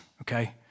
okay